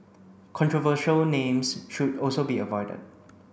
controversial names should also be avoided